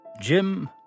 Jim